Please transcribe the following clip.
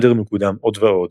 אנדר מקודם עוד ועוד,